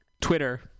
Twitter